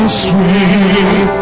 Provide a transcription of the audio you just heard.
sweet